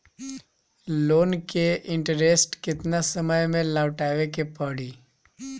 Loan के interest केतना समय में लौटावे के पड़ी?